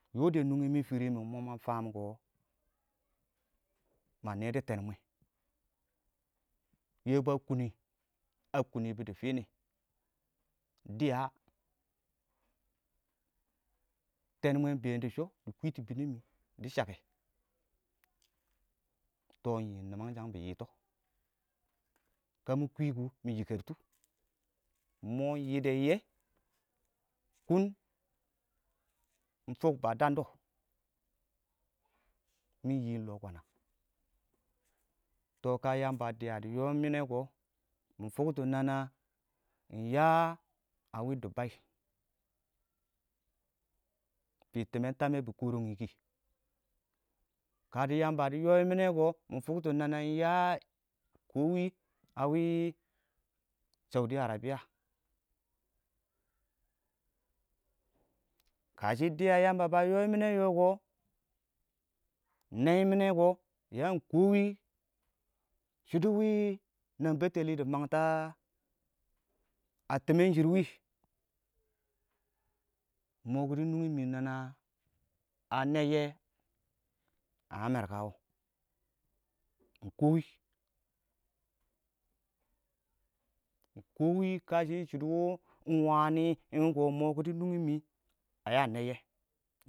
mɪn moma faam kɪɪn ma nedo teenmwe yɛbʊ a kunni a kunnibu dɪ tini dɪya tenmwe iɪng been dishɔ dɪ kwitu bɪnɪ mɪ dɪ shəkɛ tɔ ingyiim nimanghang bɪ mangtɔ kə mɪ kwiku mɪ yikərtu ingmɔ yide yiyye kʊn iɪng fʊk ba dandɔ mɪ yɪɪn lɔ kɔna tɔ kə yamba dɪya dɪ yɔɔyi mɪne kɔ mɪ fʊktɔ nana ingya awi dubbai fitin fammw bɪ kɔrəngngi kɪ kadi yambe dɪ yoyye mineko mɪ fʊrts mana iɪng yang kɔwi ngawi shaudi agrebiya. Kashi diya yɔyyi mɪne yɔkɔ niyyi minɛ kɔwi kashɪ dɪya yamba ba kashɪ dɪya yamba ba yɔyyi mɪne yɔkɔ niyyi minɛ kɔ ya kɔkɔ niyyi minɛ kɔ ya kɔwi shɪdo wɪɪn nan bɛttelɪ dɪ mangtɔ a timmen shɪrr nana a nɛyyɛ a ngamer kə wo ingkɛ wɪɪn ingwani ingko ingmo kiɪdɪ nungimi a neyys